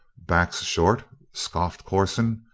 backs short? scoffed corson,